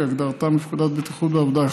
כהגדרתם בפקודת בטיחות בעבודה.